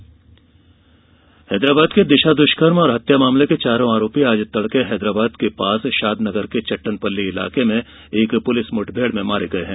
हैदराबाद दिशा मुठभेड़ हैदराबाद के दिशा दृष्कर्म और हत्या मामले के चारों आरोपी आज तड़के हैदराबाद के पास शादनगर के चट्टनपल्ली इलाके में एक पुलिस मुठभेड़ में मारे गए हैं